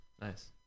nice